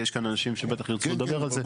כי יש כאן אנשים שבטח ירצו לדבר על זה.